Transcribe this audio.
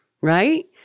right